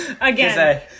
Again